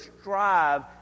strive